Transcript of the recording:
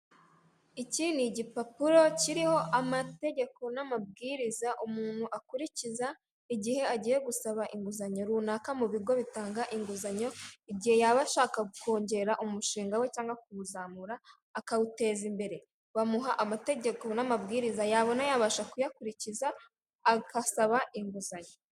Iki ni igipapuro kiriho amategeko n'amabwiriza umuntu akurikiza, igihe agiye gusaba inguzanyo runaka mu bigo bitanga inguzanyo, igihe yaba ashaka kongera umushinga we cyangwa kuwuzamura akawuteza imbere. Bamuha amategeko n'amabwiriza yabona yabasha kuyakurikiza, agasaba inguzanyo.